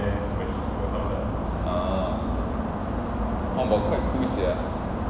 !wah! but quite cool sia